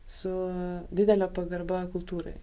su didele pagarba kultūrai